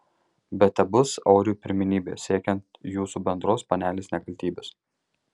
bet tebus auriui pirmenybė siekiant jūsų bendros panelės nekaltybės